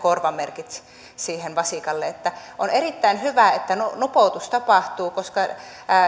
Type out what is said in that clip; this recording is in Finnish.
korvamerkit sille vasikalle on erittäin hyvä että nupoutus tapahtuu koska